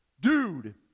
dude